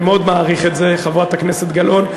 אני מאוד מעריך את זה, חברת הכנסת גלאון.